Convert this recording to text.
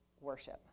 worship